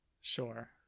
Sure